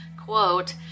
quote